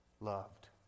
loved